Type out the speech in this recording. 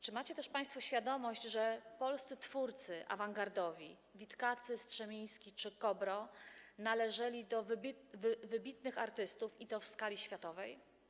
Czy macie też państwo świadomość, że polscy twórcy awangardowi, Witkacy, Strzemiński czy Kobro, należeli do wybitnych artystów, i to w skali światowej?